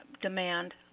demand